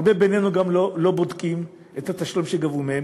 הרבה, בינינו, גם לא בודקים את התשלום שגבו מהם.